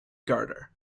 garter